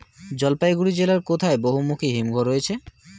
জলপাইগুড়ি জেলায় কোথায় বহুমুখী হিমঘর রয়েছে?